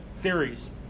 theories